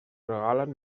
regalen